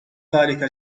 ذلك